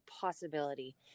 possibility